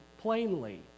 plainly